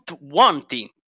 wanting